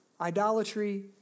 idolatry